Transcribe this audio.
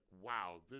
wow